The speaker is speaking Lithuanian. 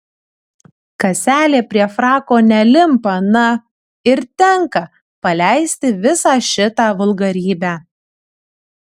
kaselė prie frako nelimpa na ir tenka paleisti visą šitą vulgarybę